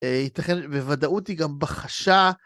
ייתכן בוודאות היא גם בחשה.